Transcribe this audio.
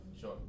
sure